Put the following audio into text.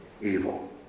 evil